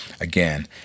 again